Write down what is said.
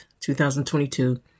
2022